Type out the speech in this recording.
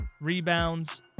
rebounds